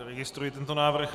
Registruji tento návrh.